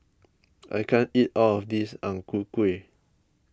I can't eat all of this Ang Ku Kueh